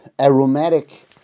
aromatic